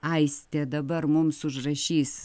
aistė dabar mums užrašys